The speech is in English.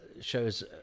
shows